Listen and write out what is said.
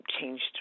changed